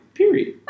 Period